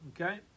Okay